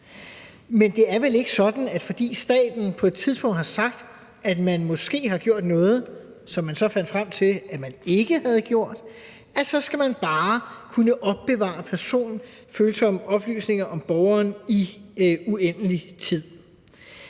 Men det er vel ikke sådan, at fordi staten på et tidspunkt har sagt, at en borger måske har gjort noget, som man så fandt frem til at vedkommende ikke havde gjort, så skal man bare kunne opbevare personfølsomme oplysninger om borgeren i uendelig tid.